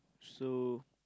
so